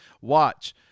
Watch